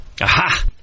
Aha